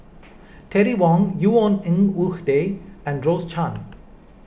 Terry Wong Yvonne Ng Uhde and Rose Chan